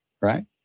right